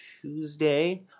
Tuesday